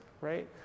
right